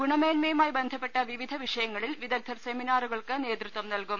ഗുണമേന്മയുമായി ബന്ധപ്പെട്ട വിവിധ വിഷയങ്ങളിൽ വിദഗ്ദ്ധർ സെമിനാറുകൾക്ക് നേതൃത്വം നൽകും